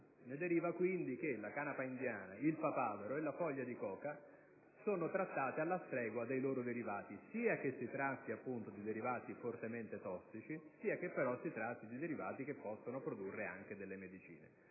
Ne deriva quindi che la canapa indiana, il papavero e la foglia di coca sono trattate alla stregua dei loro derivati, sia che si tratti di derivati fortemente tossici sia che si tratti di derivati da cui si possono produrre anche delle medicine.